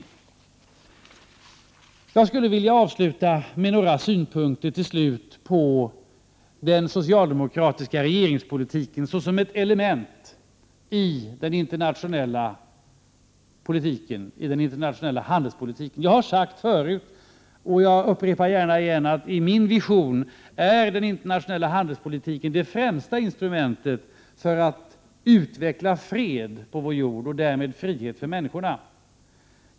Låt mig avsluta med att framföra några synpunkter på den socialdemokratiska regeringspolitiken såsom ett element i den internationella handelspolitiken. Jag har sagt det förut, men upprepar det gärna, att i min tidigare vision är den internationella handelspolitiken det främsta instrumentet för att utveckla fred på vår jord och därmed frihet för människorna.